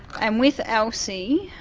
and with elsie,